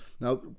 Now